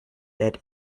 that